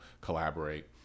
collaborate